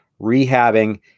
rehabbing